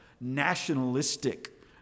nationalistic